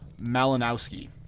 Malinowski